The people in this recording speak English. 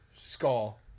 Skull